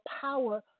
power